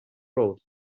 road